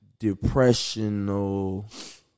depressional